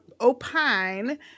opine